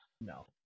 no